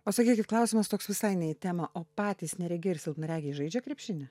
o sakykit klausimas toks visai ne į temą o patys neregiai ir silpnaregiai žaidžia krepšinį